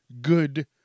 Good